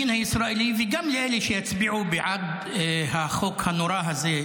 יו"ר הכנסת וגם לא תהיה, ברוך השם.